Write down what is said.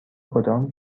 کدام